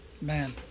Man